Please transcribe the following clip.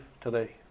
today